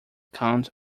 count